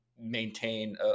maintain